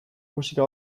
musika